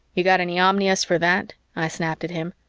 you got any omnias for that? i snapped at him.